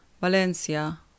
Valencia